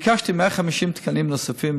וביקשתי 150 תקנים נוספים